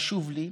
חשוב לי.